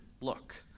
Look